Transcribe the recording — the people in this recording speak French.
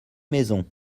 maison